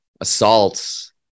assaults